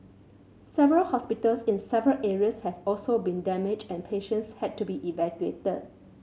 several hospitals in several areas have also been damaged and patients had to be evacuated